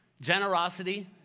Generosity